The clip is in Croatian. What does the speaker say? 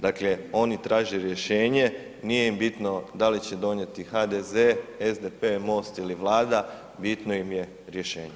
Dakle, oni traže rješenje, nije im bitno da li će donijeti HDZ, SDP, MOST ili Vlada, bitno im je rješenje.